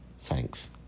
Thanks